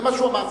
זה מה שהוא אמר.